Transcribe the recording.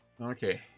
okay